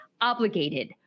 obligated